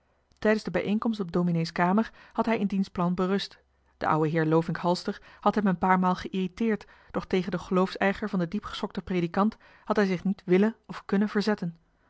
tijdens de bijeenkomst op dominee's kamer had hij in diens plan berust de ou'e heer lovink halster had van loodijck een paar maal geïrriteerd doch tegen den geloofsijver van den diep geschokten predikant had hij zich niet willen of kunnen verzetten